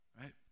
Right